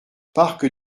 parc